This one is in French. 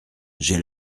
j’ai